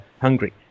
hungry